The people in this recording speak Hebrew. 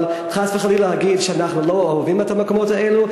אבל חס וחלילה להגיד שאנחנו לא אוהבים את המקומות האלה,